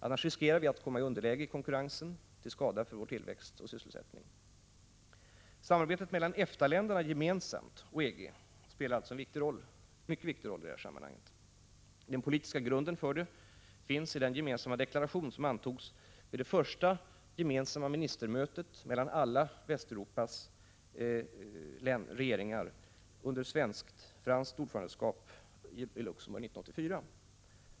Annars riskerar vi att hamna i underläge i konkurrensen, vilket är till skada för vår tillväxt och sysselsättning. Samarbetet mellan EFTA-länderna gemensamt och EG spelar alltså en mycket viktig roll i sammanhanget. Den politiska grunden för det finns i den gemensamma deklaration som antogs vid det första gemensamma ministermötet mellan alla Västeuropas regeringar under svenskt-franskt ordförandeskap i Luxemburg 1984.